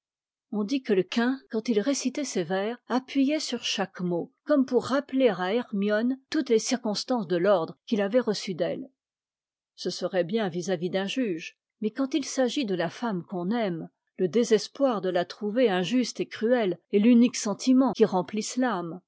on dit que le kain quand il récitait ces vers appuyait sur chaque mot comme pour rappeler à hermione toutes les circonstances de l'ordre qu'il avait reçu d'elle ce serait bien vis-à-vis d'un juge mais quand il s'agit de la femme qu'on aime le désespoir de la trouver injuste et cruelle est l'unique sentiment qui remplisse l'âme